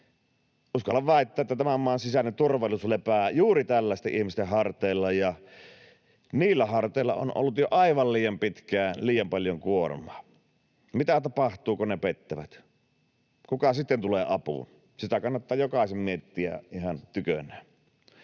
Uskallan väittää, että tämän maan sisäinen turvallisuus lepää juuri tällaisten ihmisten harteilla ja niillä harteilla on ollut jo aivan liian pitkään liian paljon kuormaa. Mitä tapahtuu, kun ne pettävät? Kuka sitten tulee apuun? Sitä kannattaa jokaisen miettiä ihan tykönään.